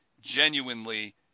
genuinely